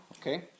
Okay